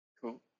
Cool